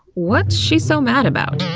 what's she so mad about?